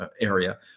area